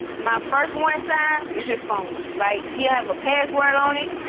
my first warning signs is his phone. like, he'll have a password on it.